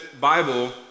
Bible